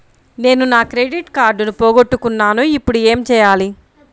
నేను నా క్రెడిట్ కార్డును పోగొట్టుకున్నాను ఇపుడు ఏం చేయాలి?